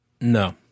No